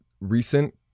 recent